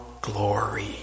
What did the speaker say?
glory